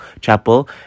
chapel